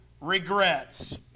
regrets